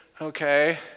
Okay